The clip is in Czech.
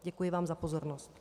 Děkuji vám za pozornost.